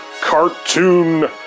Cartoon